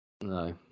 No